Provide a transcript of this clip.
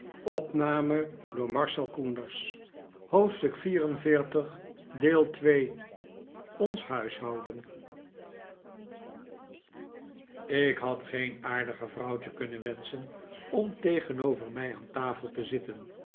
ik had geen aardiger vrouwtje kunnen wenschen om tegenover mij aan tafel te zitten